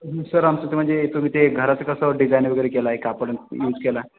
sir आमचं ते म्हणजे तुम्ही ते घराचं कसं डिजाईन वगैरे केला आहे कापड यूज केला